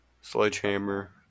Sledgehammer